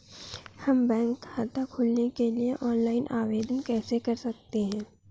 हम बैंक खाता खोलने के लिए ऑनलाइन आवेदन कैसे कर सकते हैं?